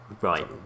right